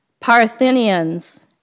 Parthenians